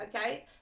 okay